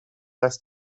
less